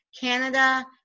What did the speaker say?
Canada